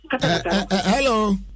hello